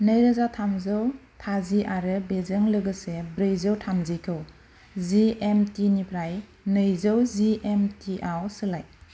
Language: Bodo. नैरोजा थामजौ थामजि आरो बेजों लोगोसे ब्रैजौ थामजिखौ जिएमटिनिफ्राय नैजौ जिएमटिआव सोलाय